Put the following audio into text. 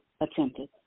attempted